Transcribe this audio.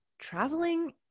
traveling